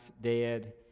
dead